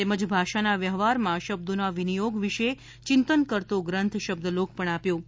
તેમજ ભાષાના વ્યવહારમાં શબ્દોના વિનિયોગ વિશે ચિંતન કરતો ગ્રંથ શબ્દલોક પણ આપ્યો છે